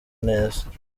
neza